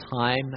time